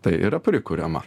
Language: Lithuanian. tai yra prikuriama